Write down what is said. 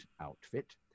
outfit